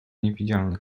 niewidzialne